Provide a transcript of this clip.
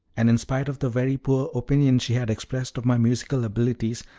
and in spite of the very poor opinion she had expressed of my musical abilities,